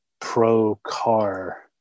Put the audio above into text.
pro-car